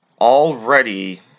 already